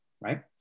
right